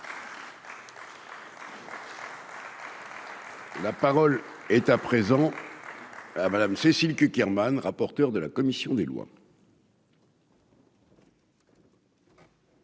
La parole est à présent. Madame Cécile Cukierman, rapporteur de la commission des lois.